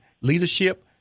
leadership